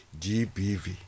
GBV